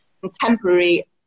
contemporary